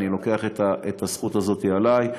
אני לוקח את הזכות הזאת עלי.